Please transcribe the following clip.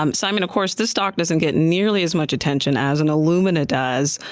um simon, of course, this sock doesn't get nearly as much attention as an illumina does,